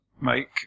make